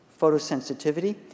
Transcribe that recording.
photosensitivity